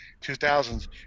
2000s